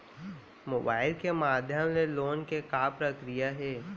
Mobile के माधयम ले लोन के का प्रक्रिया हे?